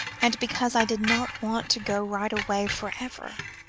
and because i did not want to go right away for ever,